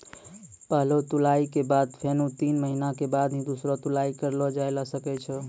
पहलो तुड़ाई के बाद फेनू तीन महीना के बाद ही दूसरो तुड़ाई करलो जाय ल सकै छो